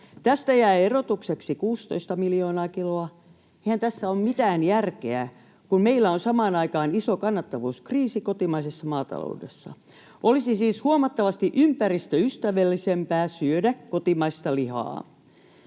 Tästä jää erotukseksi 16 miljoonaa kiloa. Eihän tässä ole mitään järkeä, kun meillä on samaan aikaan iso kannattavuuskriisi kotimaisessa maataloudessa. Olisi siis huomattavasti ympäristöystävällisempää syödä kotimaista lihaa.